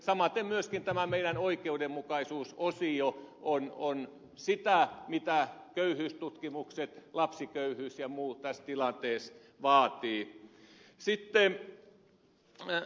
samaten myöskin tämä meidän oikeudenmukaisuusosiomme on sitä mitä köyhyystutkimusten lapsiköyhyys ja muiden tutkimusten mukaan tämä tilanne vaatii